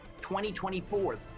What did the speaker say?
2024